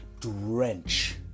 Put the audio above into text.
Drench